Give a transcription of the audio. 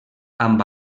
amb